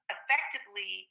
Effectively